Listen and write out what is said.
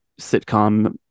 sitcom